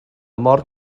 mor